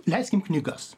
leiskim knygas